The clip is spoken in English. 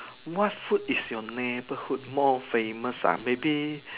what food is your neighbourhood more famous ah maybe